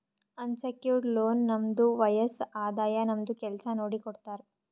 unsecured loan ನಮ್ದು ವಯಸ್ಸ್, ಆದಾಯ, ನಮ್ದು ಕೆಲ್ಸಾ ನೋಡಿ ಕೊಡ್ತಾರ್